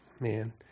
man